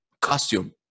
costume